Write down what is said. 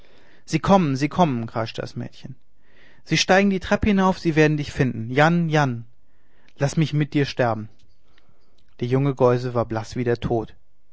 sie kommen sie kommen kreischte das mädchen sie steigen die treppe hinauf sie werden dich finden jan jan laß mich mit dir sterben der junge geuse war blaß wie der tod